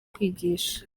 kwigisha